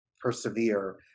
persevere